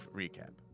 recap